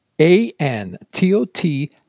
A-N-T-O-T